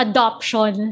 Adoption